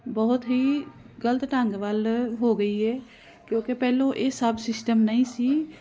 ਬਹੁਤ ਹੀ ਗਲਤ ਢੰਗ ਵੱਲ ਹੋ ਗਈ ਏ ਕਿਉਂਕਿ ਪਹਿਲੋਂ ਇਹ ਸਭ ਸਿਸਟਮ ਨਹੀਂ ਸੀ